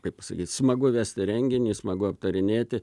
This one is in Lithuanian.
kaip pasakyt smagu vesti renginį smagu aptarinėti